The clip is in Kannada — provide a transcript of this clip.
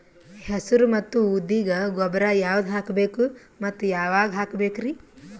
ಹೆಸರು ಮತ್ತು ಉದ್ದಿಗ ಗೊಬ್ಬರ ಯಾವದ ಹಾಕಬೇಕ ಮತ್ತ ಯಾವಾಗ ಹಾಕಬೇಕರಿ?